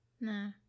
No